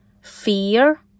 fear